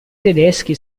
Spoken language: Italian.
tedeschi